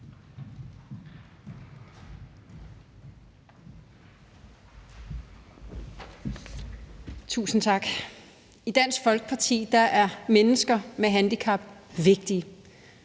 Tusind tak. For Dansk Folkeparti er mennesker med handicap vigtige.